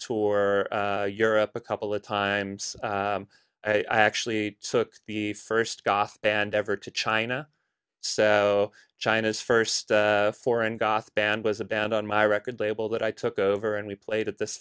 or europe a couple of times i actually took the first band ever to china so china's first foreign goth band was a band on my record label that i took over and we played at this